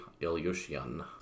ilyushin